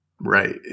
Right